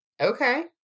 Okay